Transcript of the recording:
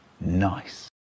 nice